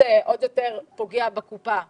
עוד יותר פוגע בקופה שלהן.